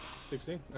Sixteen